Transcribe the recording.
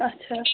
اَچھا